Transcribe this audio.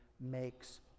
makes